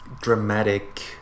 dramatic